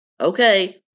okay